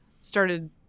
started